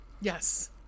yes